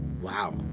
wow